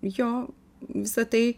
jo visą tai